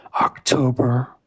October